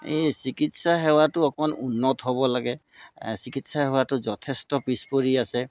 এই চিকিৎসা সেৱাটো অকণমান উন্নত হ'ব লাগে চিকিৎসা সেৱাটো যথেষ্ট পিছ পৰি আছে